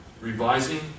revising